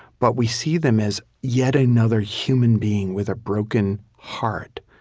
but we see them as yet another human being with a broken heart,